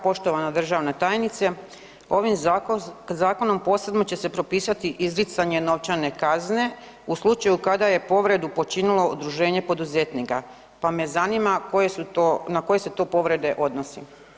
Poštovana državna tajnice, ovim zakonom posebno će se propisati izricanje novčane kazne u slučaju kada je povredu počinilo udruženje poduzetnika pa me zanima na koje se to povrede odnosi.